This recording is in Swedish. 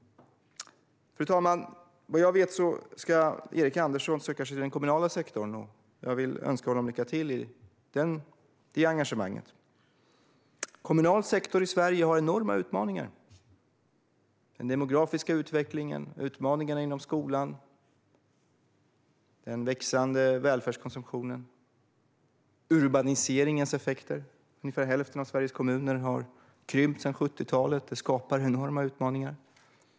Fru talman! Vad jag vet ska Erik Andersson söka sig till den kommunala sektorn. Jag vill önska honom lycka till i det engagemanget. Den kommunala sektorn i Sverige har enorma utmaningar: den demografiska utvecklingen, skolan, den växande välfärdskonsumtionen och urbaniseringens effekter. Invånarantalet i ungefär hälften av Sveriges kommuner har krympt sedan 70-talet, vilket skapar enorma utmaningar.